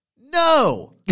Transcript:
No